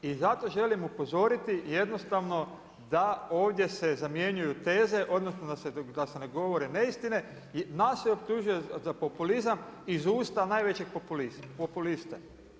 I zato želim upozoriti jednostavno da ovdje se zamjenjuju teze odnosno da se ne govore neistine, nas se optužuje za populizam iz usta najvećeg populista.